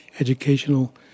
Educational